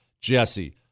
Jesse